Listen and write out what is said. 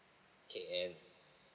K and